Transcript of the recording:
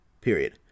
period